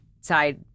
side